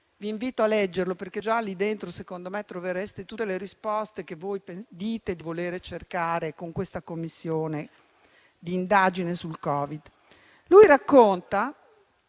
vi invito a leggere, perché già in esso, secondo me, trovereste tutte le risposte che dite di voler cercare con questa Commissione d'inchiesta sul Covid. Egli racconta